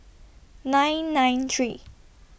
nine nine three